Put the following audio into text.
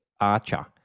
archer